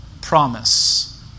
promise